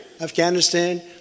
Afghanistan